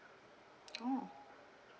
oh